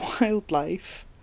wildlife